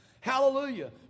Hallelujah